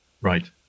right